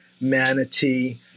Manatee